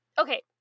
Okay